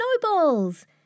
Snowballs